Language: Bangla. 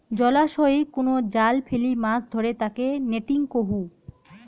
জলাশয়ই কুনো জাল ফেলি মাছ ধরে তাকে নেটিং কহু